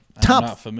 top